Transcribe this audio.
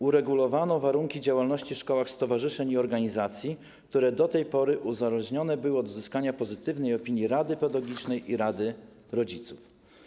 Uregulowano warunki działalności w szkołach stowarzyszeń i organizacji, które do tej pory uzależnione były od uzyskania pozytywnej opinii rady pedagogicznej i rady rodziców.